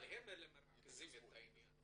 אבל הם מרכזים את העניין.